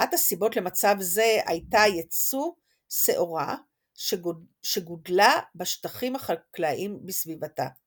אחת הסיבות למצב זה הייתה יצוא שעורה שגודלה בשטחים החקלאיים בסביבתה.